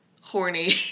horny